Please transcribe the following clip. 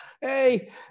hey